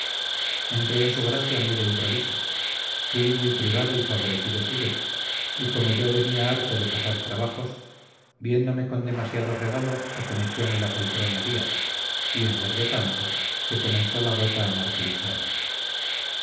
entré en su gracia muy de improviso fui muy privado y favorecido suyo y como yo venía harto de pasar trabajos viéndome con demasiado regalo acometiome la poltronería y engordé tanto que comenzó la gota a martirizarme